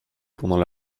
pendant